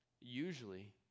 usually